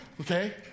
Okay